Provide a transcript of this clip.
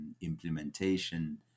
implementation